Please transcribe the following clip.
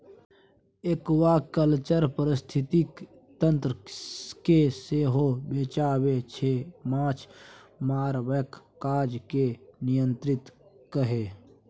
aquaculture पारिस्थितिकी तंत्र केँ सेहो बचाबै छै माछ मारबाक काज केँ नियंत्रित कए